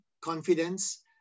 confidence